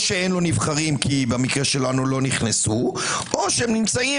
או אין לו נבחרים כי במקרה שלנו לא נכנסו או הם נמצאים